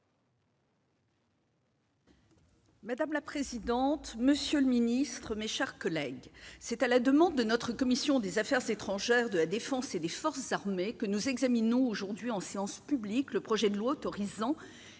Madame la présidente, monsieur le secrétaire d'État, mes chers collègues, c'est la demande de notre commission des affaires étrangères, de la défense et des forces armées que nous examinons aujourd'hui en séance publique le projet de loi autorisant